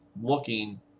looking